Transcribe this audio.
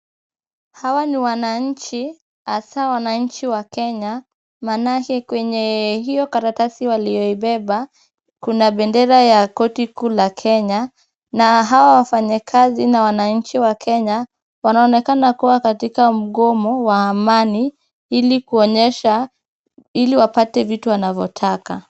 Hawa ni wananchi hasa wananchi wa Kenya manake kwenye iyo karatasi walioibeba Kuna bendera ya koti kuu la Kenya na hawa wafanyikazi na wananchi wa Kenya wanaonekana kuwa katika mgomo wa amani ili kuonyesha ili wapate vitu wanavyotaka.